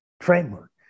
framework